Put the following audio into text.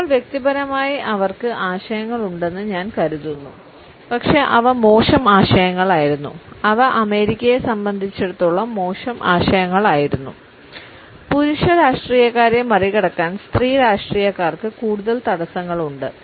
ഇപ്പോൾ വ്യക്തിപരമായി അവർക്ക് ആശയങ്ങൾ ഉണ്ടെന്ന് ഞാൻ കരുതുന്നു പക്ഷേ അവ മോശം ആശയങ്ങളായിരുന്നു അവ അമേരിക്കയെ സംബന്ധിച്ചിടത്തോളം മോശം ആശയങ്ങളായിരുന്നു പുരുഷ രാഷ്ട്രീയക്കാരെ മറികടക്കാൻ സ്ത്രീ രാഷ്ട്രീയക്കാർക്ക് കൂടുതൽ തടസ്സങ്ങളുണ്ട്